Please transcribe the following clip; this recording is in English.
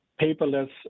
paperless